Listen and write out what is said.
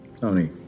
Tony